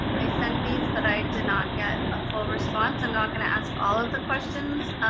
i sent these but i did not get a full response. i'm not going to ask all of the questions.